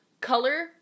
Color